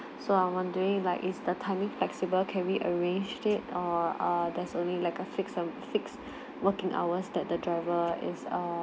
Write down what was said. so I m wondering like is the timing flexible can we arrange it or err there's only like a fixed um fixed working hours that the driver is err